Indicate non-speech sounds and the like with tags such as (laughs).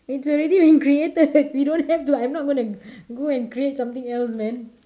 is already been created (laughs) we don't have to I'm not going to go and create something else man